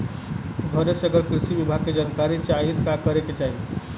घरे से अगर कृषि विभाग के जानकारी चाहीत का करे के चाही?